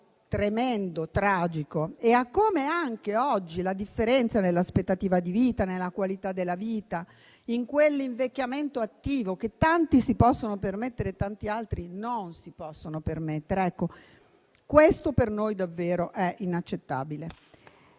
tremendo e tragico, alla differenza nell'aspettativa di vita, alla qualità della vita, a quell'invecchiamento attivo che tanti si possono permettere e tanti altri non si possono permettere. Questo per noi è davvero inaccettabile.